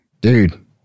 Dude